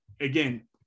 again